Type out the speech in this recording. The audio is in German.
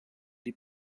die